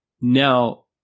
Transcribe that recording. now